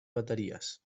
bateries